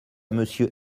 monsieur